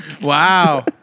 Wow